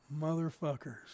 Motherfuckers